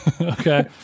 Okay